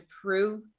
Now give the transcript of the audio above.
prove